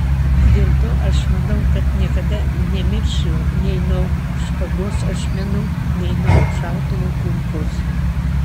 dėl to aš manau kad niekada nemirsiu nei nuo špagos ašmenų nei nuo šautuvo kulkos